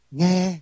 nghe